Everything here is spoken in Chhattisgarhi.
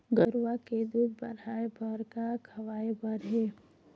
गरवा के दूध बढ़ाये बर का खवाए बर हे?